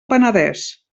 penedès